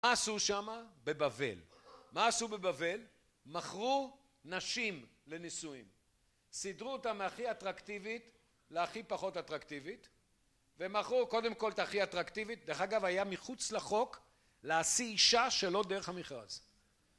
מה עשו שמה? בבבל. מה עשו בבבל? מכרו נשים לנישואים. סידרו אותן מהכי אטרקטיבית להכי פחות אטרקטיבית, ומכרו קודם כל את הכי אטרקטיבית, דרך אגב היה מחוץ לחוק להשיא אישה שלא דרך המכרז.